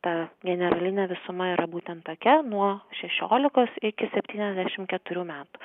ta generalinė visuma yra būtent tokia nuo šešiolikos iki septyniasdešimt keturių metų